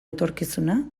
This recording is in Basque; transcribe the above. etorkizuna